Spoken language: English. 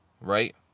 right